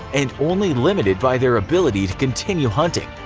and only limited by their ability to continue hunting.